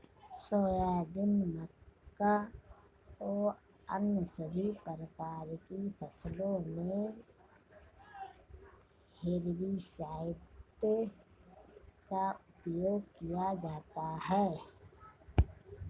soybean, मक्का व अन्य सभी प्रकार की फसलों मे हेर्बिसाइड का उपयोग किया जाता हैं